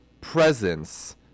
presence